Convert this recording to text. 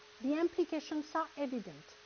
the implications are evident.